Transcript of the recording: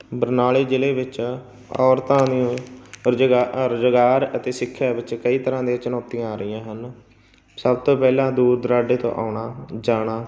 ਬਰਨਾਲੇ ਜ਼ਿਲ੍ਹੇ ਵਿੱਚ ਔਰਤਾਂ ਨੂੰ ਰੁਜਗਾ ਰੁਜ਼ਗਾਰ ਅਤੇ ਸਿੱਖਿਆ ਵਿੱਚ ਕਈ ਤਰ੍ਹਾਂ ਦੀ ਚੁਣੌਤੀਆਂ ਆ ਰਹੀਆਂ ਹਨ ਸਭ ਤੋਂ ਪਹਿਲਾਂ ਦੂਰ ਦਰਾਡੇ ਤੋਂ ਆਉਣਾ ਜਾਣਾ